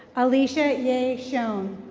alicia ye shon.